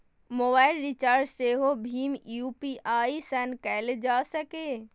mobile recharge सेहो भीम UPI सं कैल जा सकैए